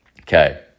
Okay